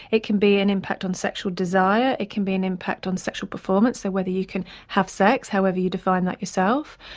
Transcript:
it can be an impact on sexual desire, it can be an impact on sexual performance, so whether you can have sex, however you define that yourself.